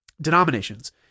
denominations